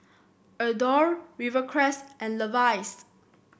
Adore Rivercrest and Levi's